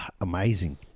Amazing